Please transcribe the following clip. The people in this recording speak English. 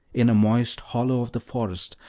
in a moist hollow of the forest,